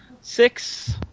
six